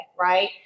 right